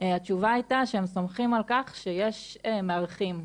התשובה הייתה שהם סומכים על כך שיש מארחים,